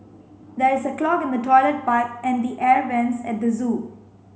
there is a clog in the toilet pipe and the air vents at the zoo